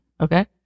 Okay